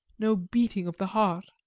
no beating of the heart.